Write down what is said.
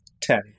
Ten